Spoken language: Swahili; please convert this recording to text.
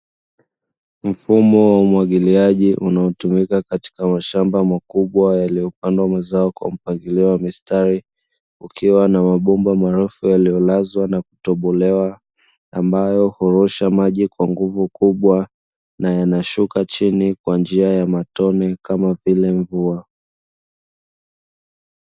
Mfumo wa umwagiliaji unaotumika katika mashamba makubwa yaliyopandwa mazao kwa mpangilio wa mistari ukiwa na mabomba marefu yaliyolazwa na kutobolewa ambayo hurusha maji kwa nguvu kubwa na yanashuka chini kwa njia ya matone kama vile mvua.